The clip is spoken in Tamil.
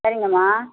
சரிங்கம்மா